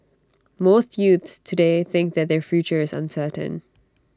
most youths today think that their future is uncertain